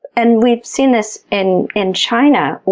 and we've seen this in in china.